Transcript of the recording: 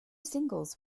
singles